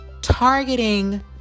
targeting